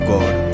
God